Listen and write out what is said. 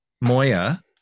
moya